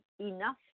enough